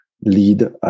lead